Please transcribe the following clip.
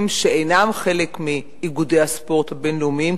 שאינם חלק מאיגודי הספורט הבין-לאומיים,